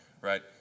right